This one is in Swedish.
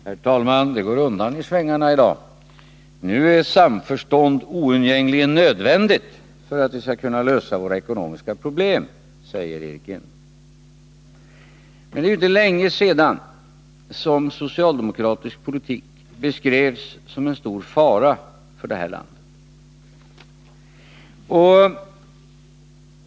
Herr talman! Det går undan i svängarna i dag. Nu är samförstånd oundgängligen nödvändigt för att vi skall kunna lösa våra ekonomiska problem, säger Eric Enlund. Men det är ju inte länge sedan socialdemokratisk politik beskrevs som en stor fara för det här landet.